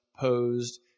posed